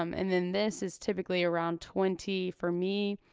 um and then this is typically around twenty for me.